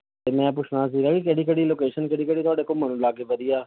ਅਤੇ ਮੈਂ ਪੁੱਛਣਾ ਸੀਗਾ ਵੀ ਕਿਹੜੀ ਕਿਹੜੀ ਲੋਕੇਸ਼ਨ ਕਿਹੜੀ ਕਿਹੜੀ ਤੁਹਾਡੇ ਘੁੰਮਣ ਨੂੰ ਲਾਗੇ ਵਧੀਆ